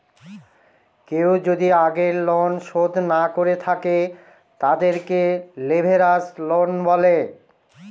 কেউ যদি আগের লোন শোধ না করে থাকে, তাদেরকে লেভেরাজ লোন বলে